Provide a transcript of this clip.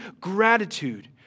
gratitude